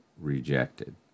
rejected